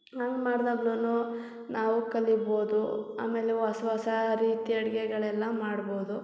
ಹಂಗ್ ಮಾಡ್ದಾಗ್ಲೂ ನಾವು ಕಲಿಬೋದು ಆಮೇಲೆ ಹೊಸ್ ಹೊಸ ರೀತಿ ಅಡುಗೆಗಳೆಲ್ಲ ಮಾಡ್ಬೌದು